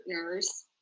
partners